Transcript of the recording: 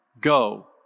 go